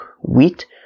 wheat